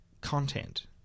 content